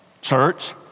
church